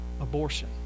Abortion